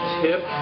tip